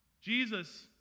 Jesus